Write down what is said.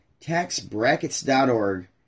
taxbrackets.org